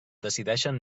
decideixen